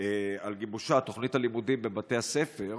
על גיבושה, תוכנית הלימודים בבתי הספר,